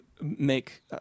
make